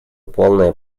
полная